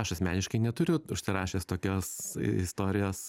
aš asmeniškai neturiu užsirašęs tokios istorijos